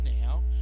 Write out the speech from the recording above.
now